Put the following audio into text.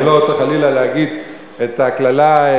אני לא רוצה חלילה להגיד את הקללה,